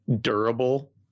durable